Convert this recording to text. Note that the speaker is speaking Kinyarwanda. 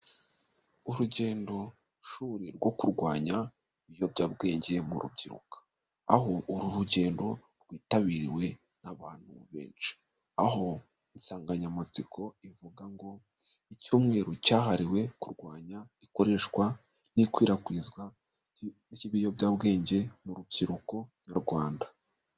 Urugendo shuri rwo kurwanya ibiyobyabwenge mu rubyiruko, aho uru rugendo rwitabiriwe n'abantu benshi, aho insanganyamatsiko ivuga ngo icyumweru cyahariwe kurwanya ikoreshwa n'ikwirakwizwa ry'ibiyobyabwenge mu rubyiruko nyarwanda.